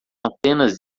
apenas